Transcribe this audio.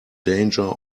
danger